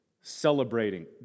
celebrating